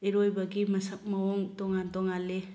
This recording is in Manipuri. ꯏꯔꯣꯏꯕꯒꯤ ꯃꯁꯛ ꯃꯑꯣꯡ ꯇꯣꯉꯥꯟ ꯇꯣꯉꯥꯟꯂꯤ